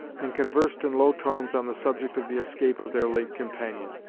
and conversed in low tones on the subject of the escape of their late companion.